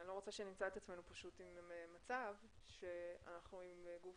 אני לא רוצה שנמצא את עצמנו במצב שאנחנו עם גוף